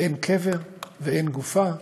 ואין קבר, ואין גופה,